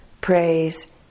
praise